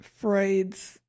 Freud's